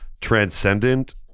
transcendent